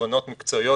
תובנות מקצועיות.